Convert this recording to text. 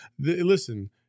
Listen